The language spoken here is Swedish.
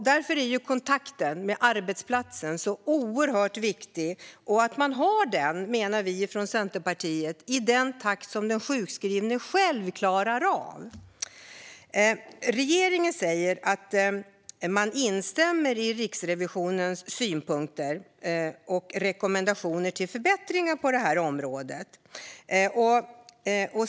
Därför är kontakten med arbetsplatsen oerhört viktig liksom att man har den, menar vi från Centerpartiet, i den takt som den sjukskrivne själv klarar av. Regeringen säger att man instämmer i Riksrevisionens synpunkter och rekommendationer till förbättringar på det här området.